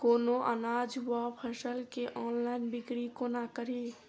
कोनों अनाज वा फसल केँ ऑनलाइन बिक्री कोना कड़ी?